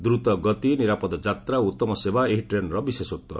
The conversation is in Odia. ଦ୍ରତଗତି ନିରାପଦ ଯାତ୍ରା ଓ ଉତ୍ତମ ସେବା ଏହି ଟ୍ରେନ୍ର ବିଶେଷତ୍ୱ